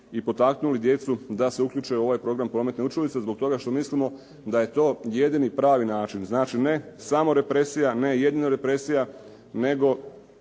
i potaknuli djecu da se uključe u ovaj program "Prometne učilice" zbog toga što mislimo da je to jedini pravi način. Znači ne samo represija, ne jedino represija nego